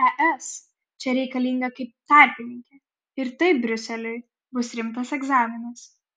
es čia reikalinga kaip tarpininkė ir tai briuseliui bus rimtas egzaminas